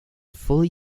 fully